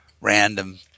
Random